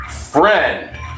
friend